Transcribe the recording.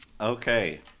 Okay